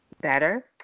better